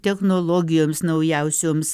technologijoms naujausioms